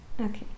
Okay